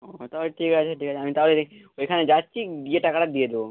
ও তাহলে ঠিক আছে ঠিক আছে আমি তাহলে ওইখানে যাচ্ছি গিয়ে টাকাটা দিয়ে দেবো